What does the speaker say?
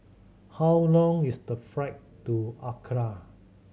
how long is the flight to Accra